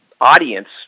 audience